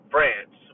France